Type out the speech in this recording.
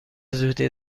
زودی